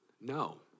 no